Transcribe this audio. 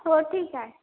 हो ठीक आहे